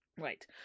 Right